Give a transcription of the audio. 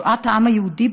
שואת העם היהודי,